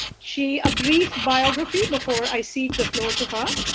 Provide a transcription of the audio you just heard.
she, a brief biography before i cede the floor to her.